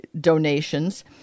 donations